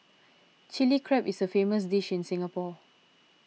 Chilli Crab is a famous dish in Singapore